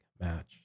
match